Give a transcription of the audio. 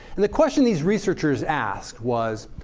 and the question these researchers asked was,